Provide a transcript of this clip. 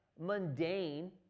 mundane